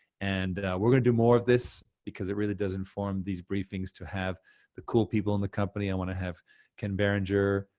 and we're gonna do more of this, because it really does inform these briefings to have the cool people in the company, i want to have ken berenger,